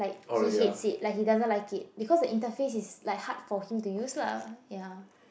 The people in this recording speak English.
he hates it like he doesn't like it because the inter phase is like hard for him to use lah ya